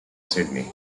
sydney